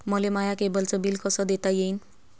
मले माया केबलचं बिल कस देता येईन?